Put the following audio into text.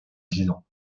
disant